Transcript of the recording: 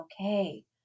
okay